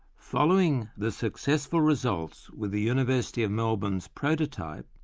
following the successful results with the university of melbourne's prototype,